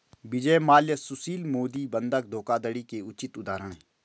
विजय माल्या सुशील मोदी बंधक धोखाधड़ी के उचित उदाहरण है